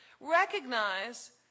Recognize